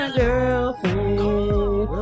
girlfriend